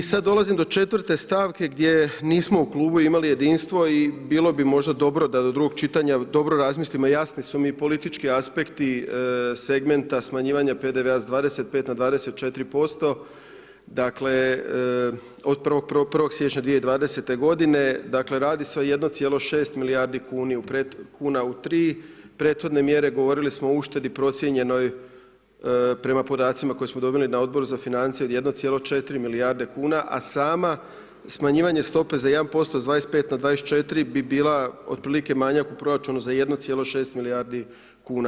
I sad dolazim do četvrte stavke gdje nismo u klubu imali jedinstvo i bilo bi možda dobro da do drugog čitanja dobro razmislimo, jasni su mi politički aspekti segmenta smanjivanja PDV-a s 25 na 24%, dakle od 1. siječnja 2020. godine dakle radi se o 1,6 milijardi kuna u tri prethodne mjere govorili smo o uštedi procijenjenoj prema podacima koje smo dobili na Odboru na financije od 1,4 milijarde kuna, a sama smanjivanje stope za 1% s 25 na 24 bi bila otprilike manjak u proračunu za 1,6 milijardi kuna.